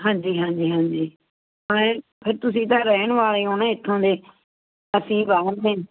ਹਾਂਜੀ ਹਾਂਜੀ ਹਾਂਜੀ ਮੈਂ ਫਿਰ ਤੁਸੀਂ ਤਾਂ ਰਹਿਣ ਵਾਲੇ ਹੋ ਨਾ ਇੱਥੋਂ ਦੇ ਅਸੀਂ ਬਾਹਰ ਦੇ